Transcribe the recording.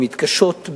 היא חזקה.